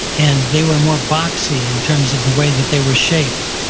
and they were more boxy in terms of the way that they were shaped.